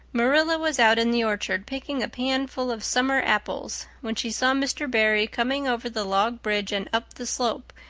marilla was out in the orchard picking a panful of summer apples when she saw mr. barry coming over the log bridge and up the slope,